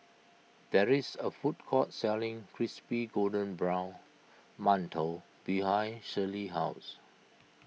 there is a food court selling Crispy Golden Brown Mantou behind Shirlee's house